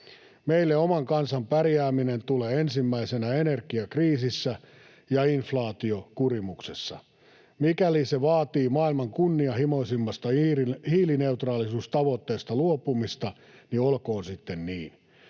Meille oman kansan pärjääminen tulee ensimmäisenä energiakriisissä ja inflaatiokurimuksessa. Mikäli se vaatii maailman kunnianhimoisimmasta hiilineutraalisuustavoitteesta luopumista, niin olkoon sitten niin.